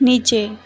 नीचे